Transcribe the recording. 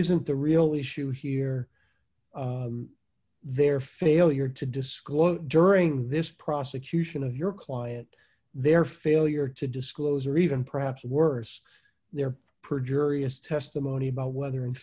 isn't the real issue here their failure to disclose during this prosecution of your client their failure to disclose or even perhaps worse their project testimony about whether in